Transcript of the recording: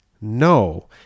no